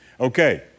Okay